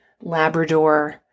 Labrador